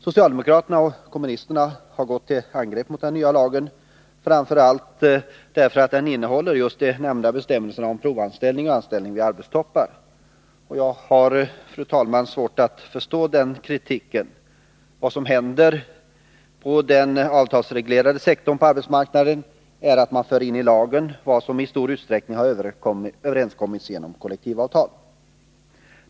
Socialdemokraterna och kommunisterna har gått till angrepp mot den nya lagen framför allt därför att den innehåller just de nämnda bestämmelserna om provanställning och anställning vid arbetstoppar. Jag har, fru talman, svårt att förstå den kritiken. Vad som händer på den avtalsreglerade sektorn på arbetsmarknaden är att man för in i lagen vad som i stor utsträckning redan har överenskommits genom kollektivavtal.